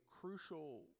crucial